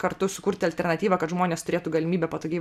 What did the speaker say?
kartu sukurti alternatyvą kad žmonės turėtų galimybę patogiai